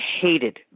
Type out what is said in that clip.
hated